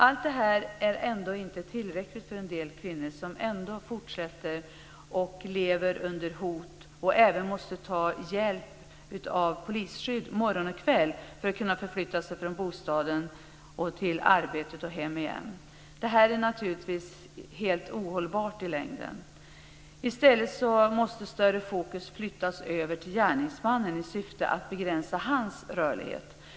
Allt detta är ändå inte tillräckligt för en del kvinnor, som fortsätter att leva under hot och som även måste ta hjälp av polisskydd morgon och kväll för att kunna förflytta sig från bostaden till arbetet och hem igen. Det är naturligtvis ohållbart i längden. I stället måste fokus flyttas över till gärningsmannen i syfte att begränsa hans rörlighet.